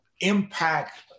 impact